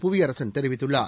புவியரசன் தெரிவித்துள்ளார்